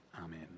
Amen